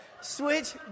switch